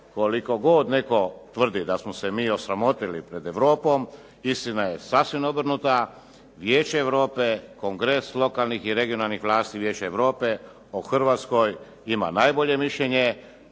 koliko god netko tvrdi da smo se mi osramotili pred Europom istina je sasvim obrnuta. Vijeće Europe, kongres lokalnih i regionalnih vlasti Vijeća Europe o Hrvatskoj ima najbolje mišljenje.